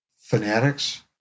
fanatics